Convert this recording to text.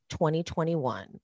2021